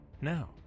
Now